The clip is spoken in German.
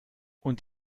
und